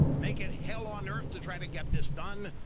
make it hell on earth to try to get this done.